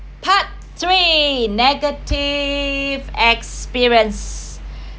part three negative experience